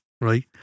right